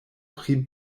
pri